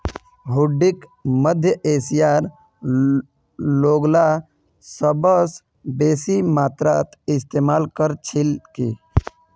हुंडीक मध्य एशियार लोगला सबस बेसी मात्रात इस्तमाल कर छिल की